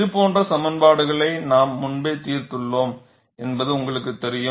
இது போன்ற சமன்பாடுகளை நாம் முன்பே தீர்த்துள்ளோம் என்பது உங்களுக்குத் தெரியும்